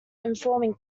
informing